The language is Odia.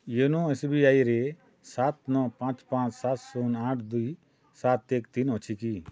ୟୋନୋ ଏସ୍ ବି ଆଇ ରେ ସାତ ନଅ ପାଞ୍ଚ ପାଞ୍ଚ ସାତ ଶୂନ ଆଠ ଦୁଇ ସାତ ଏକ ତିନି ଅଛି କି